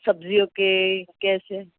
سبزیوں کے کیسے